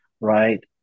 right